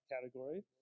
category